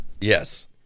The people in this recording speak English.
Yes